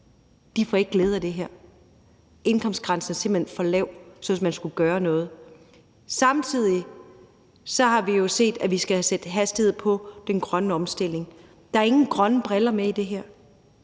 – får ikke glæde af det her. Indkomstgrænsen er simpelt hen for lav, hvis man skulle gøre noget for dem. Samtidig har vi jo set, at vi skal have sat hastigheden op på den grønne omstilling – der er ikke set med grønne briller på det her.